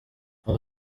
aho